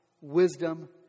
wisdom